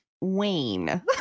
Wayne